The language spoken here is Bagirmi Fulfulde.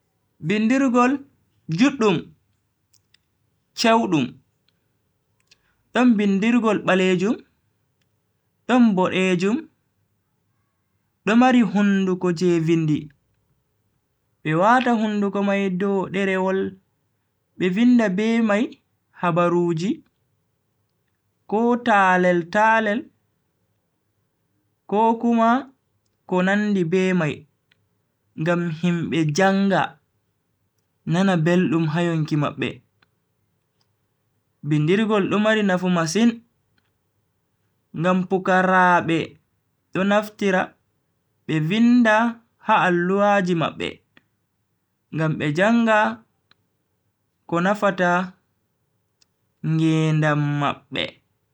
Bindirgol juddum, chewdum, don bindirgol balejum, don bodeejum do mari hunduko je vindi, be wata hunduko mai dow derewol be vinda be mai habaruuji, ko talel-talel ko Kuma ko nandi be mai ngam himbe janga nana beldum ha yonki mabbe. bindirgol do mari nafu masin ngam pukaraabe do naftira be vinda ha alluha ji mabbe ngam be janga ko nafata ngedam mabbe.